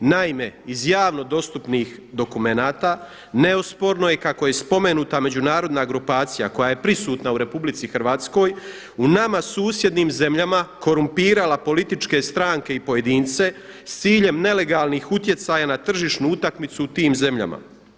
Naime, iz javno dostupnih dokumenata neosporno je kako je spomenuta međunarodna grupacija koja je prisutna u RH u nama susjednim zemljama korumpirala političke stranke i pojedince s ciljem nelegalnih utjecaja na tržišnu utakmicu u tim zemljama.